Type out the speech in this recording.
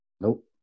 Nope